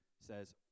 Says